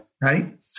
Right